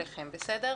היוזמה.